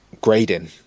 grading